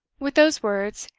with those words,